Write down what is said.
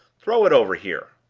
throw it over here!